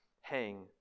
hang